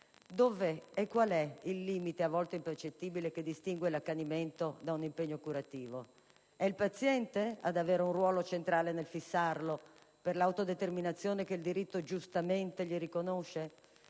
dove è e qual è il limite, a volte impercettibile, che distingue l'accanimento da un impegno curativo? È il paziente ad avere un ruolo centrale nel fissarlo, per l'autodeterminazione che il diritto giustamente gli riconosce?